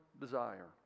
desire